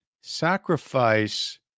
sacrifice